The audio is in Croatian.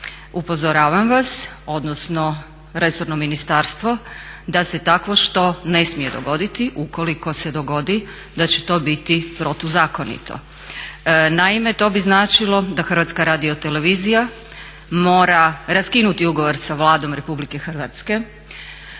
upozoravam vas, odnosno resorno ministarstvo da se takvo što ne smije dogoditi. Ukoliko se dogodi da će to biti protuzakonito. Naime, to bi značilo da Hrvatska radiotelevizija mora raskinuti ugovor sa Vladom RH i da mora se